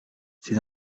c’est